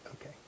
Okay